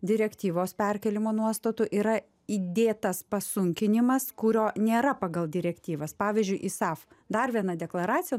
direktyvos perkėlimo nuostatų yra įdėtas pasunkinimas kurio nėra pagal direktyvas pavyzdžiui isaf dar viena deklaracija